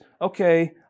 Okay